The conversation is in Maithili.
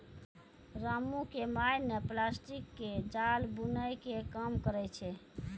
रामू के माय नॅ प्लास्टिक के जाल बूनै के काम करै छै